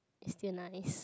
it's still nice